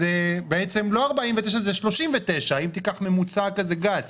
אז בעצם זה לא 49 אלא 39, אם תיקח ממוצע גס.